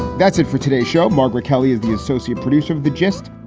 that's it for today's show, margaret kelley is the associate producer of the gist.